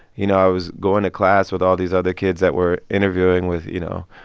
you know, i was going to class with all these other kids that were interviewing with, you know,